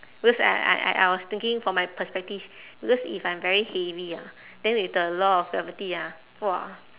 because I I I I was thinking from my perspective because if I'm very heavy ah then with the law of gravity ah !wah!